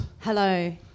Hello